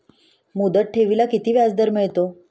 मुदत ठेवीला किती व्याजदर मिळतो?